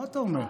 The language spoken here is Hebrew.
מה אתה אומר?